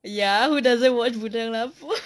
ya who doesn't watch bujang lapuk